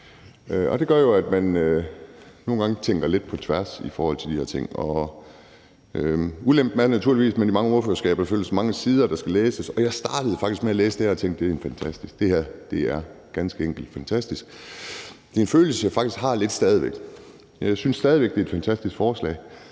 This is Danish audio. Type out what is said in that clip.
Det gør jo, at man nogle gange tænker lidt på tværs i forhold til de her ting. Ulempen er naturligvis, at med de mange ordførerskaber følger mange sider, der skal læses, og jeg startede faktisk med at læse det her og tænke: Det er egentlig fantastisk – det her er ganske enkelt fantastisk. Det er en følelse, jeg faktisk har lidt stadig væk. Jeg synes stadig væk, det er et fantastisk forslag,